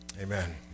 Amen